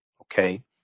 okay